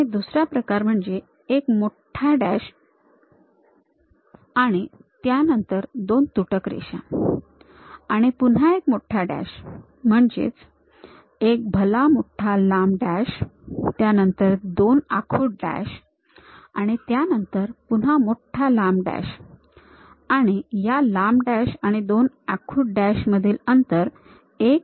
आणि दुसरा प्रकार म्हणजे एक मोठा डॅश आणि त्यानंतर दोन तुटक रेषा आणि पुन्हा एक मोठा डॅश म्हणजेच एक भला मोठा लांब डॅश त्यानंतर दोन आखूड डॅश आणि त्यानंतर पुन्हा मोठा लांब डॅश आणि या लांब डॅश आणि दोन आखूड डॅश मधील अंतर १